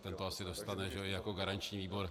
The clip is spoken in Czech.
Ten to asi dostane jako garanční výbor.